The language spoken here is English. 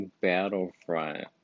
Battlefront